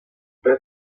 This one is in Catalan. però